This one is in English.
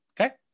Okay